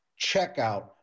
checkout